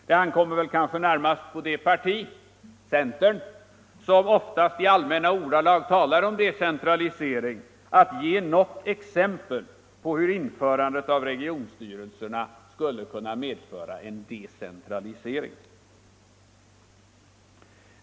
Det ankommer väl närmast på det parti som oftast talar i allmänna ordalag om decentralisering — centern — att ge något exempel på hur införandet av regionstyrelserna skulle kunna medföra en decentralisering.